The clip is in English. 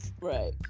Right